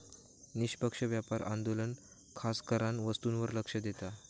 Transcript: निष्पक्ष व्यापार आंदोलन खासकरान वस्तूंवर लक्ष देता